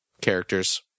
characters